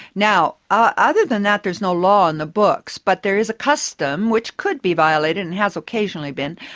now, ah other than that there's no law in the books, but there is a custom which could be violated, and has occasionally been,